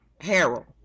Harold